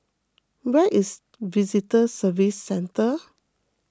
where is Visitor Services Centre